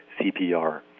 CPR